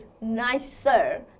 nicer